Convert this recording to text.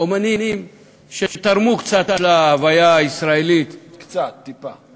אמנים שתרמו קצת להוויה הישראלית, קצת, טיפה.